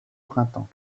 printemps